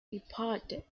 reported